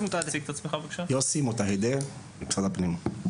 יוסי מוטהדה, משרד הפנים.